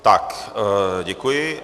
Tak děkuji.